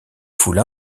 foule